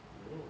有